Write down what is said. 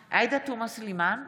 בהצבעה עאידה תומא סלימאן,